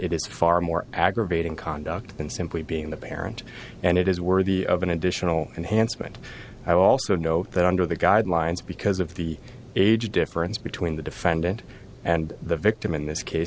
is far more aggravating conduct than simply being the parent and it is worthy of an additional enhanced meant i also know that under the guidelines because of the age difference between the defendant and the victim in this case